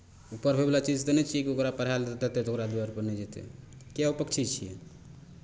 ओ पढ़बयवला चीज तऽ नहि छियै कि ओकरा पढ़ाए देतै तऽ ओकरा दुआरिपर नहि जेतै किएक ओ पक्षी छियै